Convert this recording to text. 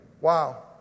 Wow